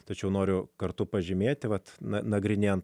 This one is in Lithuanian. tačiau noriu kartu pažymėti kad nagrinėjant